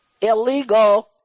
Illegal